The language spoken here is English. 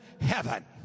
heaven